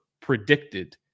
predicted